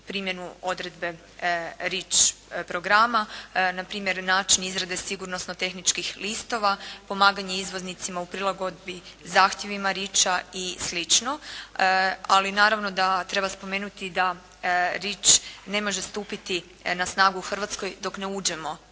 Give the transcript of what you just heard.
primjenu odredbe REACH programa. Na primjer, način izrade sigurnosno-tehničkih listova, pomaganje izvoznicima u prilagodbi zahtjevima REACH-a i slično. Ali naravno da treba spomenuti da REACH ne može stupiti na snagu u Hrvatskoj dok ne uđemo